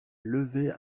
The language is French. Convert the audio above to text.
levait